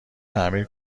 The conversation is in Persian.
تعمیر